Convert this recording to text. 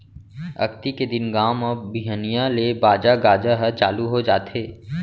अक्ती के दिन गाँव म बिहनिया ले बाजा गाजा ह चालू हो जाथे